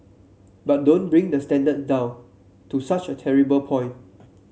but don't bring the standard down to such a terrible point